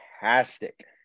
fantastic